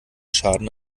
schaden